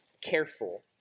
careful